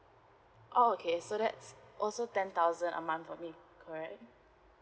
orh okay so that's also ten thousand a month for me correct